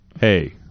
hey